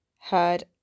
heard